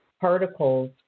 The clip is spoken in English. particles